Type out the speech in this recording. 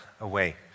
away